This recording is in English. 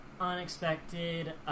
unexpected